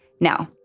now,